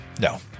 no